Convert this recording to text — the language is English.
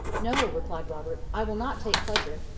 no, replied robert i will not take pleasure,